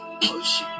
push